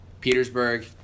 petersburg